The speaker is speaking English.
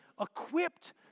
equipped